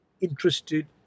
interested